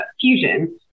fusion